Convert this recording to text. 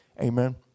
Amen